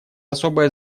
особое